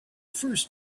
first